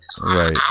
Right